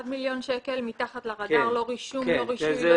עד מיליון שקלים מתחת לרדאר לא רישום ולא רישוי.